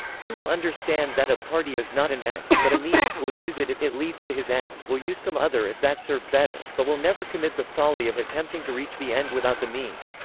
he will understand that a party is not an end, but a means will use it if it leads to his end, will use some other if that serve better, but will never commit the folly of attempting to reach the end without the means.